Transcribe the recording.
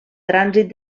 trànsit